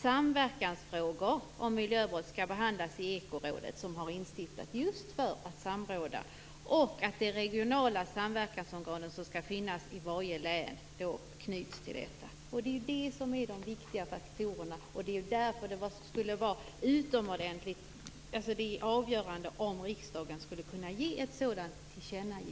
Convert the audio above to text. Samverkansfrågor när det gäller miljöbrott skall behandlas i Ekorådet, som har instiftats just för att man skall kunna samråda. De regionala samverkansorgan som skall finnas i varje län skall knytas till detta. Det är det som är de viktiga faktorerna. Ett sådant tillkännagivande från riksdagen är avgörande.